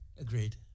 agreed